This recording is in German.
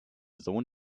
sohn